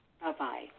Bye-bye